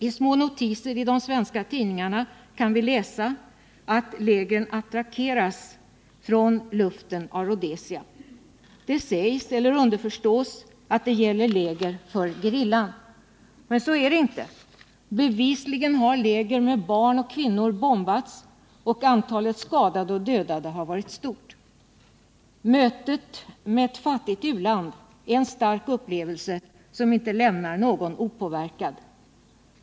I små notiser i svenska tidningar kan vi läsa att lägren attackeras från luften av Rhodesia. Det sägs eller underförstås att det gäller läger för gerillan. Men så är det inte. Bevisligen har läger med barn och kvinnor bombats, och antalet skadade och dödade har varit stort. Mötet med ett fattigt u-land är en stark upplevelse som inte lämnar någon opåverkad.